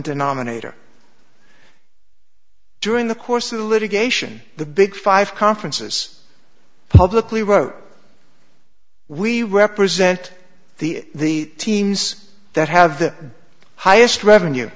denominator during the course of litigation the big five conferences publicly wrote we represent the teams that have the highest revenue